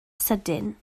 sydyn